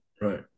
right